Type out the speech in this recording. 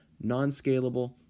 Non-scalable